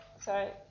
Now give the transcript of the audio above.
sorry